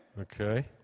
Okay